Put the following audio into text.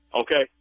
okay